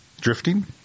Drifting